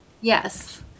Yes